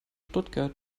stuttgart